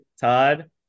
Todd